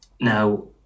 Now